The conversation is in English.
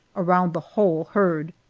around the whole herd.